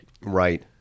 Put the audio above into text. Right